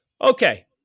Okay